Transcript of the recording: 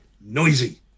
Noisy